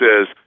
says